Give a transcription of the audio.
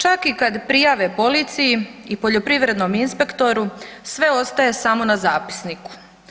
Čak i kad prijave policiji i poljoprivrednom inspektoru sve ostaje samo na zapisniku.